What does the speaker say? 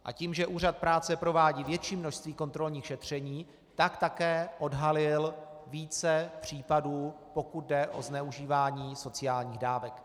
A tím, že Úřad práce provádí větší množství kontrolních šetření, tak také odhalil více případů, pokud jde o zneužívání sociálních dávek.